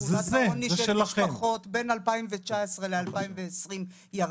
תחולת העוני של משפחות בין 2019 ל-2020 ירדה.